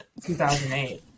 2008